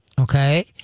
Okay